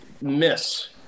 miss